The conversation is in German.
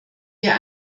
wir